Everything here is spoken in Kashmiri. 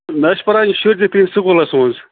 مےٚ حظ چھِ پَران یہِ شُرۍ زٕتُہندِس سکوٗلَس مَنٛز